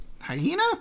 hyena